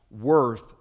worth